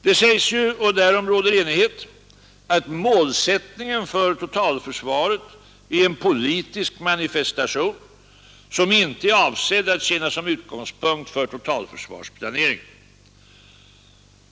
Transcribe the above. Det sägs ju — och därom råder enighet — att målsättningen för totalförsvaret är en politisk manifestation som inte är avsedd att tjäna som utgångspunkt för totalförsvarsplaneringen.